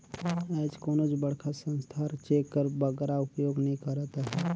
आएज कोनोच बड़खा संस्था हर चेक कर बगरा उपयोग नी करत अहे